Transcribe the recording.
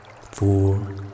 four